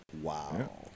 Wow